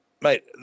Mate